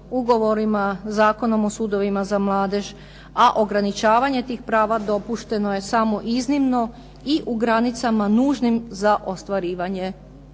ugovorima, Zakonom o sudovima za mladež, a ograničavanje tih prava dopušteno je samo iznimno i u granicama nužnim za ostvarivanje